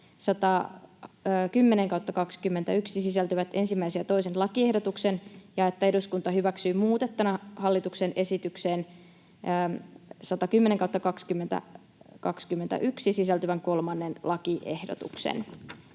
110/2021 sisältyvät 1. ja 2. lakiehdotuksen ja että eduskunta hyväksyy muutettuna hallituksen esitykseen 110/2021 sisältyvän 3. lakiehdotuksen.